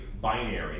binary